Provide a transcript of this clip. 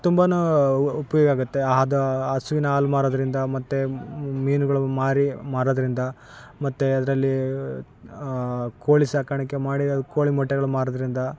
ತುಂಬಾ ಉಪಯೋಗ ಆಗುತ್ತೆ ಆದ ಹಸುವಿನ ಹಾಲು ಮಾರೋದ್ರಿಂದ ಮತ್ತು ಮೀನುಗಳು ಮಾರಿ ಮಾರೋದ್ರಿಂದ ಮತ್ತು ಅದರಲ್ಲೀ ಕೋಳಿ ಸಾಕಾಣಿಕೆ ಮಾಡಿ ಅದು ಕೋಳಿ ಮೊಟ್ಟೆಗಳನ್ನು ಮಾರೋದ್ರಿಂದ